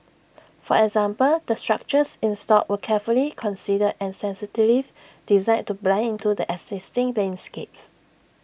for example the structures installed were carefully considered and sensitively designed to blend into the existing landscapes